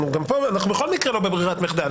בכל מקרה אנו לא בברירת מחדל.